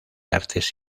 artes